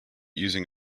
using